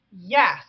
Yes